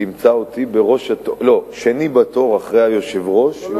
תמצא אותי שני בתור אחרי היושב-ראש.